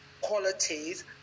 qualities